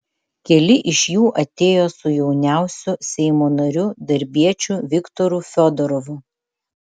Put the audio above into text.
keli iš jų atėjo su jauniausiu seimo nariu darbiečiu viktoru fiodorovu